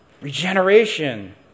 regeneration